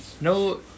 No